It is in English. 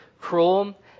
cruel